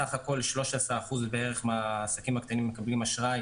בסך הכול 13% מהעסקים הקטנים מקבלים אשראי